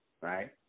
right